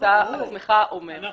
ואתה עצמך אומר --- ברור.